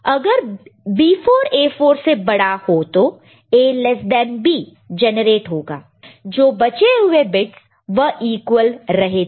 अगर B4 A4 से बड़ा हो तो A less than B generate होगा जो बचे हुए बिट्स वह इक्वल रहे तो